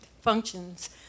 functions